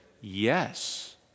Yes